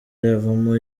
yavamo